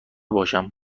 باشم